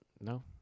no